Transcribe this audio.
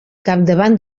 capdavant